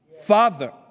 Father